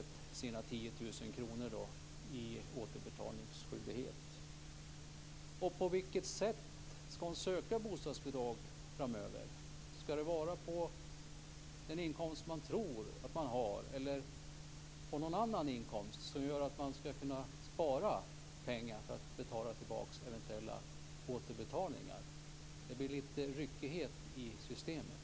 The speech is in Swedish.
10 000 kr? På vilket sätt skall hon söka bostadsbidrag framöver? Skall det vara på den inkomst man tror att man har eller någon annan inkomst där det går att spara pengar för att klara eventuella återbetalningar? Det blir lite ryckighet i systemet.